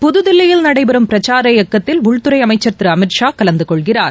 புதுதில்லியில் நடைபெறும் பிரக்சார இயக்கத்தில் உள்துறை அமைச்சர் திரு அமித் ஷா கலந்து கொள்கிறார்